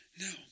no